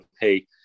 hey